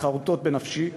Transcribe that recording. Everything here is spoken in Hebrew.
חרותות בנפשי,